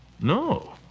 No